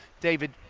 David